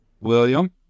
William